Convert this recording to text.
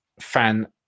fan